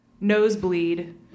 Nosebleed